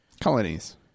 colonies